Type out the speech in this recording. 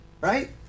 right